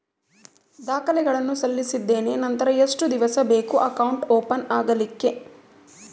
ದಾಖಲೆಗಳನ್ನು ಸಲ್ಲಿಸಿದ್ದೇನೆ ನಂತರ ಎಷ್ಟು ದಿವಸ ಬೇಕು ಅಕೌಂಟ್ ಓಪನ್ ಆಗಲಿಕ್ಕೆ?